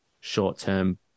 short-term